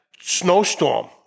snowstorm